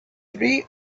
three